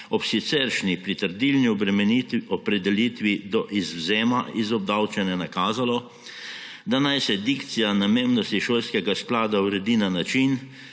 ob siceršnji pritrdilni opredelitvi do izvzema iz obdavčenja nakazalo, da naj se dikcija namembnosti šolskega sklada uredi na način,